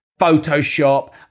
Photoshop